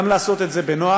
גם לעשות את זה בנועם,